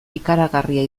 ikaragarria